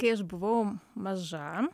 kai aš buvau maža